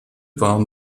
waren